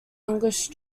english